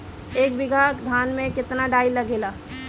एक बीगहा धान में केतना डाई लागेला?